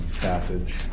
passage